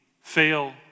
fail